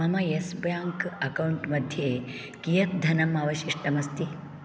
मम Yes Bank account मध्ये कियत् धनम् अवशिष्टमस्ति